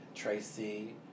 Tracy